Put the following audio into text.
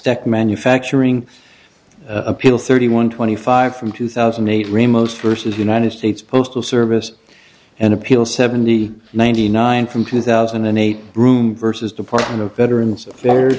tech manufacturing appeal thirty one twenty five from two thousand and eight ramos versus united states postal service and appeal seventy ninety nine from two thousand and eight room versus department of veterans affairs